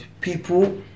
people